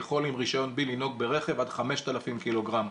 יכול עם רישיון B לנהוג ברכב עד 5,000 קילוגרם.